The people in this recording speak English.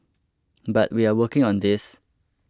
but we are working on this